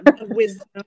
wisdom